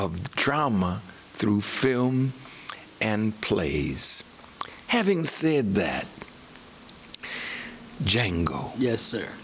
of drama through film and plays having said that jangle yes